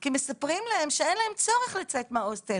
כי מספרים להם שאין להם צורך לצאת מההוסטל.